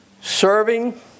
Serving